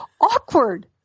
awkward